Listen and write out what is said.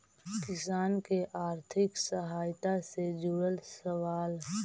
किसान के आर्थिक सहायता से जुड़ल सवाल?